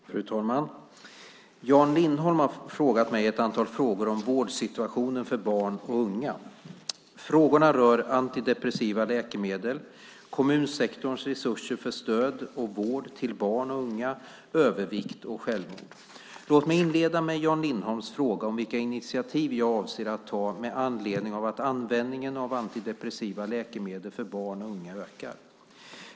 Fru talman! Jan Lindholm har ställt ett antal frågor om vårdsituationen för barn och unga. Frågorna rör antidepressiva läkemedel, kommunsektorns resurser för stöd och vård till barn och unga, övervikt och självmord. Låt mig inleda med Jan Lindholms fråga om vilka initiativ jag avser att ta med anledning av att användningen av antidepressiva läkemedel för barn och unga ökar.